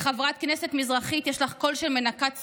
לחברת כנסת מזרחית "יש לך קול של מנקת ספונג'ה"